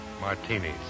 martinis